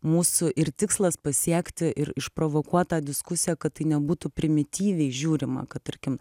mūsų ir tikslas pasiekti ir išprovokuot tą diskusiją kad tai nebūtų primityviai žiūrima kad tarkim